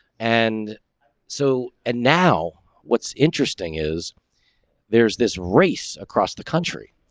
and so and now what's interesting is there's this race across the country.